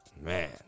Man